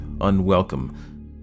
unwelcome